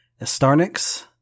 Estarnix